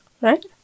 right